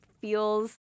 feels